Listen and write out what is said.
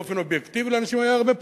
באופן אובייקטיבי לאנשים היה הרבה פחות,